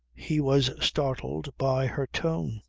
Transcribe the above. he was startled by her tone.